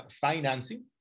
financing